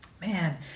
Man